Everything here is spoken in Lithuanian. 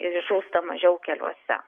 ir žūsta mažiau keliuose